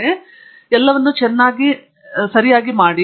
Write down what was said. ಅದು ಎಲ್ಲವನ್ನೂ ಚೆನ್ನಾಗಿ ಮಾಡಬೇಕಾಗಿದೆ